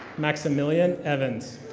maximilian evans.